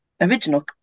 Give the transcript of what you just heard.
original